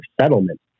settlement